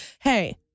hey